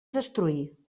destruir